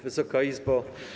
Wysoka Izbo!